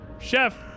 Chef